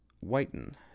whiten